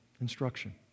Instruction